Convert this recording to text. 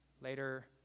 Later